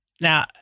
Now